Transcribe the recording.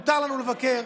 מותר לנו לבקר,